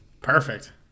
Perfect